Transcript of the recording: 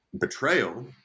betrayal